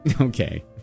Okay